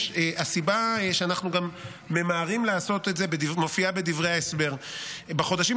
הסיבה שאנחנו גם ממהרים לעשות את זה מופיעה בדברי ההסבר: בחודשים